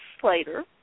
Slater